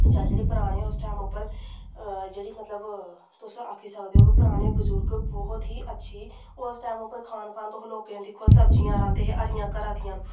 जां पराने जेह्ड़े उस टैम उप्पर जेह्ड़ी मतलब तुस आक्खी सकदे हो के पराने बजुर्ग बड़ी ही अचछी उस टैम उप्पर खान पान तुस लोकें दे दिक्खो सब्जियां रहांदे हे हरियां घरे दियां